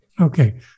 Okay